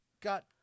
got